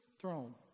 throne